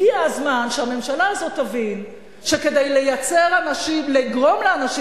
הגיע הזמן שהממשלה הזאת תבין שכדי לגרום לאנשים